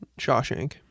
shawshank